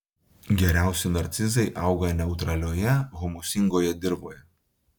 geriausiai narcizai auga neutralioje humusingoje dirvoje